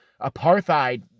apartheid